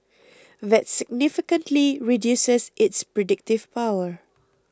that significantly reduces its predictive power